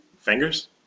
Fingers